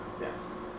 Yes